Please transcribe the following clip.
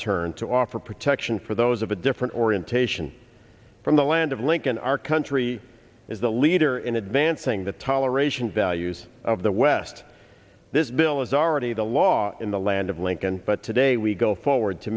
turn to offer protection for those of a different orientation from the land of lincoln our country is a leader in advancing the toleration values of the west this bill is already the law in the land of lincoln but today we go forward to